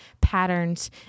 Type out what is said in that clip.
patterns